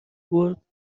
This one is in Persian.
برد